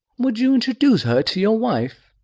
would you introduce her to your wife?